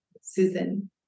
Susan